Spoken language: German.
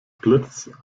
blitz